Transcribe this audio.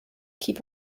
keep